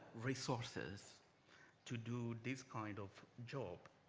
resources to do this kind of job.